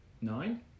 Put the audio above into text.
nine